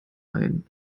ein